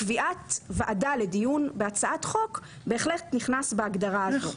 קביעת ועדה לדיון בהצעת חוק בהחלט נכנס בהגדרה הזו.